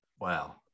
wow